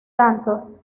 tanto